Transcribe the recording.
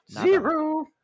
Zero